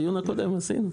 בדיון הקודם עשינו.